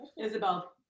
Isabel